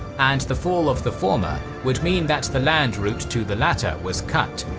and the fall of the former would mean that the land route to the latter was cut,